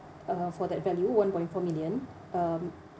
uh for that value one point four million um